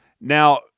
Now